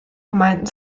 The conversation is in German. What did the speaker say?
gemeinden